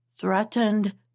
threatened